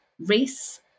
Race